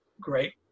great